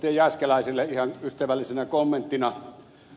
jääskeläiselle ihan ystävällisenä kommenttina